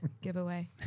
giveaway